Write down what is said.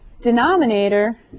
denominator